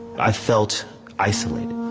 i felt isolated.